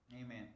Amen